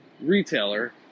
retailer